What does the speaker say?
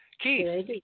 Keith